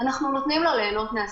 אנחנו נותנים לו ליהנות מהספק.